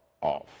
off